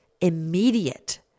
immediate